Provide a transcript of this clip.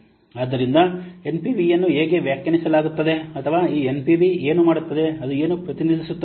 ಆದ್ದರಿಂದ ಎನ್ಪಿವಿಯನ್ನು ಹೇಗೆ ವ್ಯಾಖ್ಯಾನಿಸಲಾಗುತ್ತದೆ ಅಥವಾ ಈ ಎನ್ವಿಪಿ ಏನು ಮಾಡುತ್ತದೆ ಅದು ಏನು ಪ್ರತಿನಿಧಿಸುತ್ತದೆ